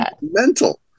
Mental